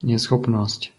neschopnosť